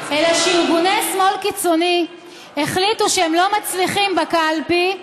אלא שארגוני שמאל קיצוני החליטו שאם הם לא מצליחים בקלפי,